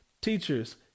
teachers